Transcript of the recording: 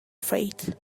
faith